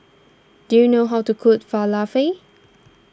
do you know how to cook Falafel